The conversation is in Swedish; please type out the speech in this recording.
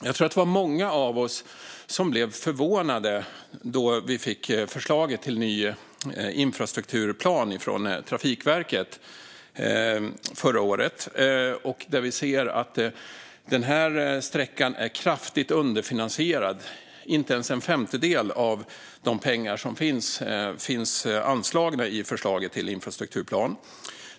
Jag tror att det var många av oss som blev förvånade när vi fick förslaget till ny infrastrukturplan från Trafikverket förra året och såg att den här sträckan är kraftigt underfinansierad. Inte ens en femtedel av de pengar som behövs finns anslagna i förslaget till infrastrukturplan.